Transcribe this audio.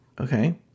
Okay